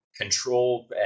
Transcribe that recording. control